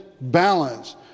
balance